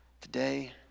Today